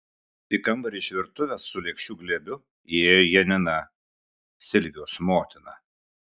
į kambarį iš virtuvės su lėkščių glėbiu įėjo janina silvijos motina